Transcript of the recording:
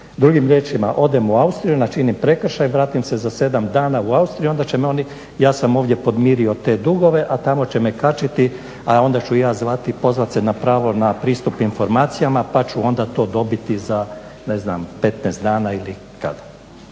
Drugim riječima, odem u Austriju, načinim prekršaj, vratim se za 7 dana u Austriju onda će me oni, ja sam ovdje podmirio te dugove a tamo će me kačiti, a onda ću se ja pozvati na pravo na pristup informacijama pa ću onda to dobiti za ne znam 15 dana ili kada.